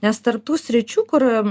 nes tarp tų sričių kur